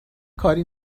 کاری